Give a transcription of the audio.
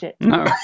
No